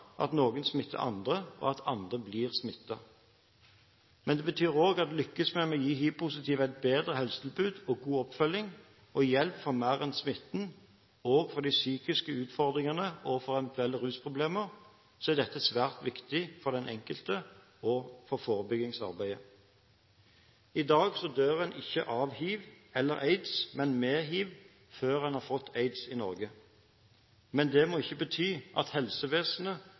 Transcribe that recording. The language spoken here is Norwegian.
at noen smitter andre, og at andre blir smittet. Men det betyr òg å lykkes med å gi de hivpositive et bedre helsetilbud og god oppfølging og hjelp for mer enn smitten. Også når det gjelder de psykiske utfordringene og eventuelle rusproblemer, er dette svært viktig for den enkelte og for forebyggingsarbeidet. I Norge i dag dør en ikke av hiv eller aids, men med hiv, før en har fått aids. Men det må ikke bety at helsevesenet